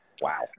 wow